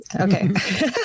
Okay